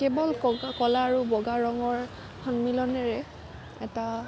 কেৱল ক'কা ক'লা আৰু বগা ৰঙৰ সন্মিলনেৰে এটা